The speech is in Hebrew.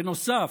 בנוסף,